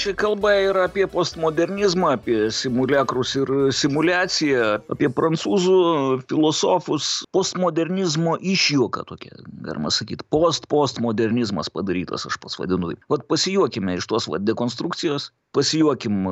čia kalba yra apie postmodernizmą apie simuliakrus ir simuliaciją apie prancūzų filosofus postmodernizmo išjuoka tokia galima sakyt postpostmodernizmas padarytas aš pats vadinu vat pasijuokime iš tos dekonstrukcijos pasijuokim